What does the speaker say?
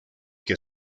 que